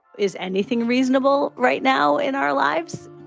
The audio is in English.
is anything reasonable right now in our lives?